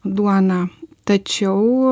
duoną tačiau